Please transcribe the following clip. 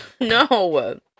no